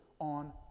on